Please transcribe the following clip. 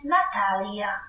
Natalia